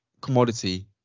commodity